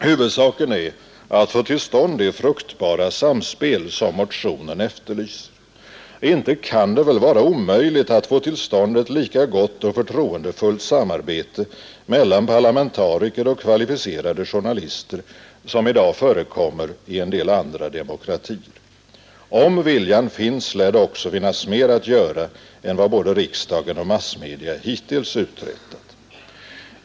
Huvudsaken är att få till stånd det fruktbara samspel, som motionen efterlyser. Inte kan det väl vara omöjligt att få till stånd ett lika gott och förtroendefullt samarbete mellan parlamentariker och kvalificerade journalister som i dag förekommer i en del andra demokratier. Om viljan finns lär det också finnas mer att göra än vad både riksdagen och massmedia hittills uträttat.